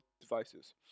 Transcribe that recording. devices